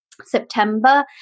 September